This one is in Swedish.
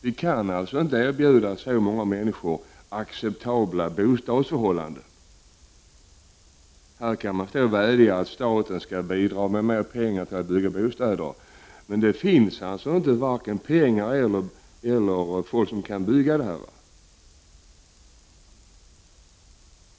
Vi kan alltså inte erbjuda så många människor acceptabla bostadsförhållanden. Här kan man stå och vädja om att staten skall bidra med mera pengar till bostadsbyggande, men det finns helt enkelt varken pengar eller folk som kan bygga dessa bostäder.